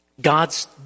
God's